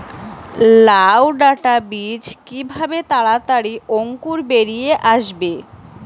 লাউ ডাটা বীজ কিভাবে তাড়াতাড়ি অঙ্কুর বেরিয়ে আসবে?